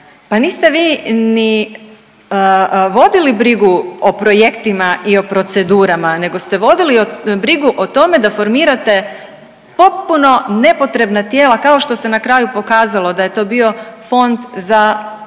pa niste vi ni vodili brigu o projektima i o procedurama, nego ste vodili brigu o tome da formirate potpuno nepotrebna tijela kao što se na kraju pokazalo da je to bio Fond za obnovu.